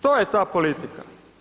To je ta politika.